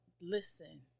Listen